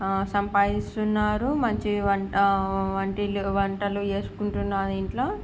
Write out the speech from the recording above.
సంపాదిస్తున్నారు మంచి వంట వంటిలు వంటలు చేసుకుంటున్నారు ఇంట్లో